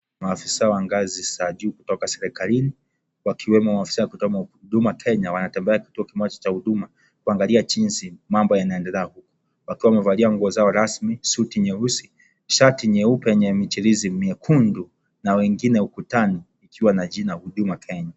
Maafisa wa ngazi za juu kutoka serikalini, wakiwemo ofisa kutoka huduma Kenya wanatembea katika kituo kimoja cha huduma kuangalia jinsi mambo yanaendelea wakiwa wamevalia nguo zao rasmi, suti nyeusi, shati nyeupe yenye michirizi miekundu na wengine ukutani wakiwa na jina ya huduma Kenya.